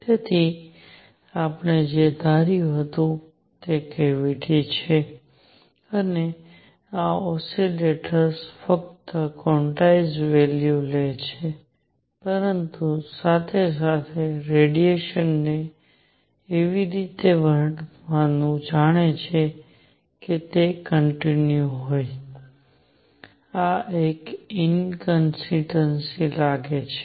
તેથી આપણે જે ધાર્યું હતું છે તે કેવીટીછે અને આ ઓસિલેટર્સ ફક્ત ક્વોન્ટાઇઝ વેલ્યુ લે છે પરંતુ સાથે સાથે રેડિયેશન ને એવી રીતે વર્તવાનું જાણે કે તે કન્ટીન્યુ હોય આ એક ઇન કન્સીસ્ટન્સી લાગે છે